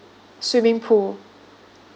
swimming pool